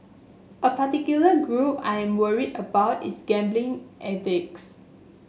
a particular group I am worried about is gambling addicts